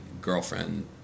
girlfriend